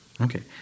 Okay